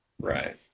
Right